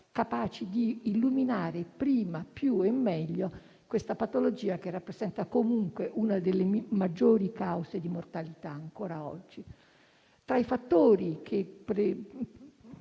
capaci di illuminare, prima, di più e meglio, questa patologia, che rappresenta comunque una delle maggiori cause di mortalità ancora oggi. Tra i fattori che